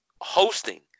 hosting